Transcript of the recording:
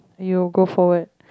you'll go forward